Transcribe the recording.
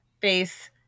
face